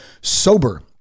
SOBER